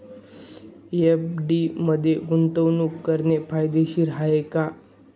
FD मध्ये गुंतवणूक करणे फायदेशीर आहे का?